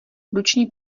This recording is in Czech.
ruční